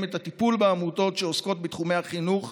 את הטיפול בעמותות שעוסקות בתחומי החינוך,